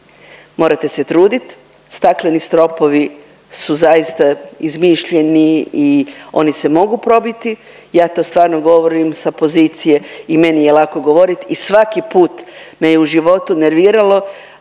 Morate se truditi, stakleni stropovi su zaista izmišljeni i oni se mogu probiti. Ja to stvarno govorim sa pozicije i meni je lako govoriti i svaki put me je u životu nerviralo